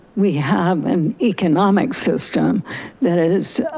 we have an economic system that is